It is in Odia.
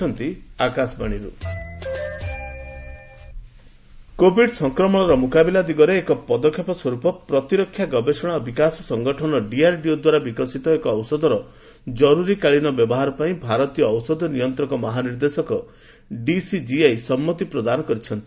ଡିଆର୍ଡିଓ ଡ୍ରଗ୍ କୋବିଡ୍ ସଂକ୍ରମଣର ମୁକାବିଲା ଦିଗରେ ଏକ ପଦକ୍ଷେପ ସ୍ୱରୂପ ପ୍ରତିରକ୍ଷା ଗବେଷଣା ଓ ବିକାଶ ସଂଗଠନ ଡିଆରଡିଓ ଦ୍ୱାରା ବିକଶିତ ଏକ ଔଷଧର ଜରୁରୀକାଳୀନ ବ୍ୟବହାର ପାଇଁ ଭାରତୀୟ ଔଷଧ ନିୟନ୍ତ୍ରକ ମହାନିର୍ଦ୍ଦେଶକ ଡିସିଜିଆଇ ସମ୍ମତି ପ୍ରଦାନ କରିଛନ୍ତି